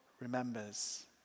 remembers